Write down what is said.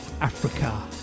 Africa